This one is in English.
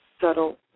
subtle